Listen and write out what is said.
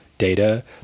Data